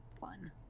fun